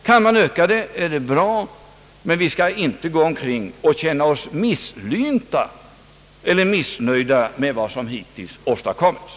Kan man öka det är det bra, men vi skall inte gå omkring och känna oss missnöjda med vad som hittills har åstadkommits.